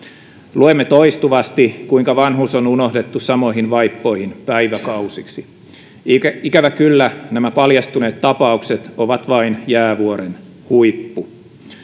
luemme toistuvasti kuinka vanhus on unohdettu samoihin vaippoihin päiväkausiksi ikävä ikävä kyllä nämä paljastuneet tapaukset ovat vain jäävuoren huippu